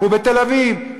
ובתל-אביב,